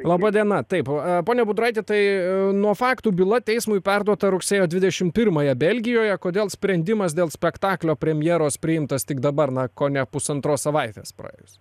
laba diena taip pone budraiti tai nuo faktų byla teismui perduota rugsėjo dvidešimt pirmąją belgijoje kodėl sprendimas dėl spektaklio premjeros priimtas tik dabar na kone pusantros savaitės praėjus